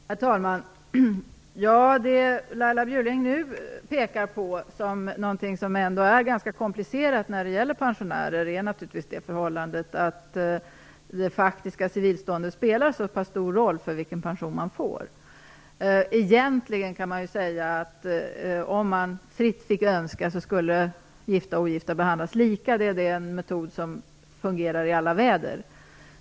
Herr talman! Det Laila Bjurling nu pekar på som någonting som är ganska komplicerat när det gäller pensionärer är att det faktiska civilståndet spelar så stor roll för vilken pension man får. Om man fick önska skulle gifta och ogifta egentligen behandlas lika. Det är den metod som fungerar i alla väder.